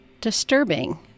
disturbing